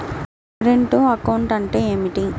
Current account అంటే ఏమిటి?